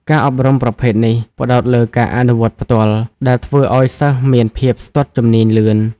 ការអប់រំប្រភេទនេះផ្ដោតលើការអនុវត្តផ្ទាល់ ដែលធ្វើឱ្យសិស្សមានភាពស្ទាត់ជំនាញលឿន។